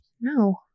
No